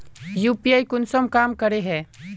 UPI कुंसम काम करे है?